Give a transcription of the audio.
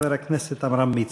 חבר הכנסת עמרם מצנע.